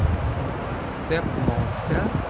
septmoncel